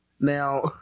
Now